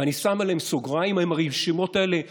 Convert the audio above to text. ואני שם סוגריים: האם הרשימות האלה מעודכנות,